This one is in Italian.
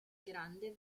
grande